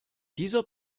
dieser